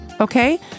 Okay